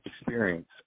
experience